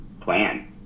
plan